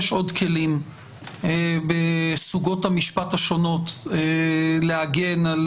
יש עוד כלים בסוגות המשפט השונות להגן על